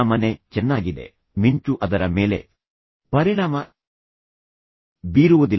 ನನ್ನ ಮನೆ ಚೆನ್ನಾಗಿದೆ ಮಿಂಚು ಅದರ ಮೇಲೆ ಪರಿಣಾಮ ಬೀರುವುದಿಲ್ಲ